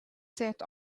sat